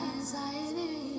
anxiety